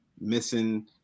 missing